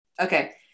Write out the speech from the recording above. Okay